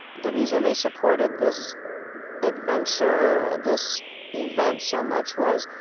the reason they supported this adventure, this event so much was,